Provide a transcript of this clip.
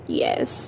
yes